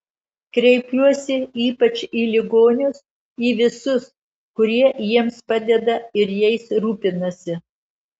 kreipiuosi ypač į ligonius į visus kurie jiems padeda ir jais rūpinasi